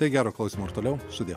tai gero klausymo ir toliau sudie